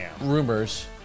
rumors